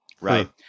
Right